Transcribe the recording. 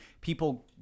people